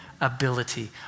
ability